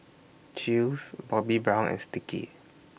Chew's Bobbi Brown and Sticky